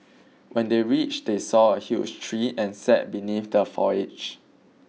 when they reached they saw a huge tree and sat beneath the foliage